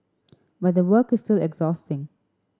but the work is still exhausting